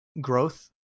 growth